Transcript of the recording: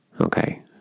Okay